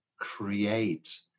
create